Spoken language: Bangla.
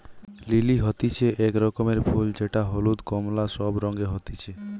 লিলি হতিছে এক রকমের ফুল যেটা হলুদ, কোমলা সব রঙে হতিছে